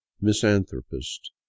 misanthropist